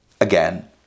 again